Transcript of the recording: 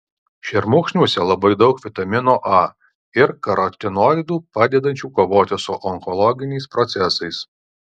šermukšniuose labai daug vitamino a ir karotinoidų padedančių kovoti su onkologiniais procesais